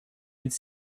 could